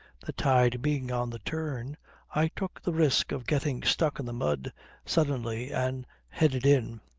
the tide being on the turn i took the risk of getting stuck in the mud suddenly and headed in.